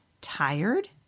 tired